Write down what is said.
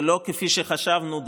ולא כפי שחשבנו,